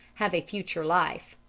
have a future life.